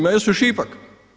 Pa jesu šipak.